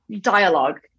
dialogue